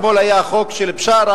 אתמול היה חוק של בשארה,